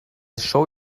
show